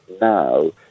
now